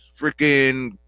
freaking